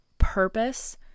purpose